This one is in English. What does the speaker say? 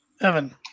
Evan